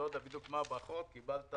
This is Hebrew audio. קיבלת